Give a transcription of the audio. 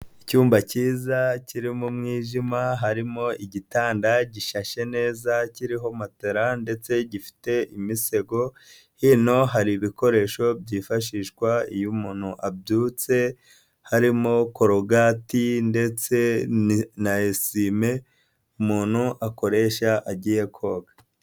Icyumba cyiza kirimo umwijima, harimo igitanda gishyashye neza, kiriho matola, ndetse gifite imisego, hino hari ibikoresho, byifashishwa iyo umuntu abyutse, harimo corogati ndetse na esime, umuntu akoresha agiye koga.